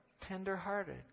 Tenderhearted